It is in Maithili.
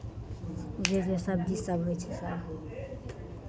जे जे सबजीसभ होइ छै सभ